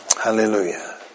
Hallelujah